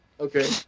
Okay